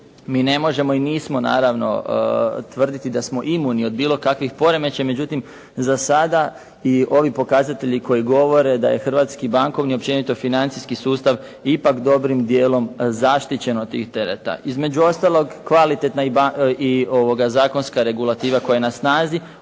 mi ne možemo i nismo naravno tvrditi da smo imuni od bilo kakvih poremećaja. Međutim, za sada i ovi pokazatelji koji govore da je hrvatski bankovni, općenito financijski sustav ipak dobrim dijelom zaštićen od tih tereta. Između ostalog, kvalitetna i zakonska regulativa koja je na snazi,